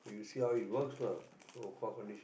you see how it works lah